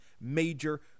major